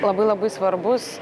labai labai svarbus